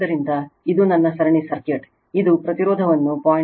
ಆದ್ದರಿಂದ ಇದು ನನ್ನ ಸರಣಿ ಸರ್ಕ್ಯೂಟ್ ಇದು ಪ್ರತಿರೋಧವನ್ನು 0